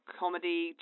comedy